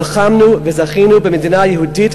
נלחמנו וזכינו במדינה יהודית,